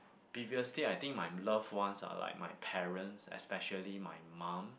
previously I think my loved ones are like my parents especially my mum